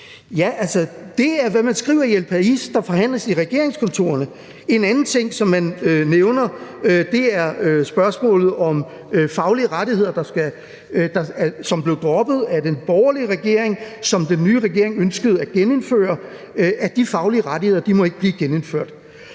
det er, hvad man skriver i El País, altså at det forhandles i regeringskontorerne. En anden ting, som man nævner, er spørgsmålet om faglige rettigheder, som blev droppet af den borgerlige regering, og som den nye regering ønskede at genindføre, men de faglige rettigheder må ikke blive genindført.